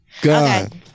God